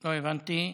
לא הבנתי.